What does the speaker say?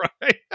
right